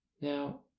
Now